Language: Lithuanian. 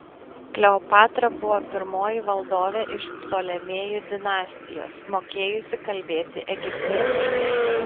kleopatra buvo pirmoji valdovė iš ptolemėjų dinastijos mokėjusi kalbėti egiptietiškai